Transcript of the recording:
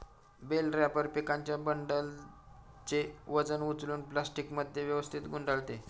bell wrapper पिकांच्या बंडलचे वजन उचलून प्लास्टिकमध्ये व्यवस्थित गुंडाळते